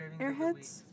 Airheads